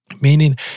Meaning